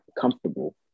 comfortable